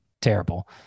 terrible